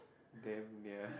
damn ya